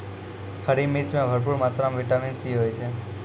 हरी मिर्च मॅ भरपूर मात्रा म विटामिन सी होय छै